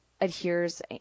adheres